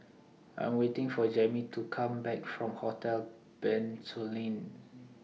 I Am waiting For Jammie to Come Back from Hotel Bencoolen